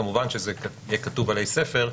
כמובן זה יהיה כתוב עלי ספר,